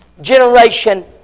Generation